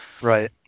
right